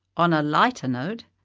on a lighter note,